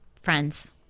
friends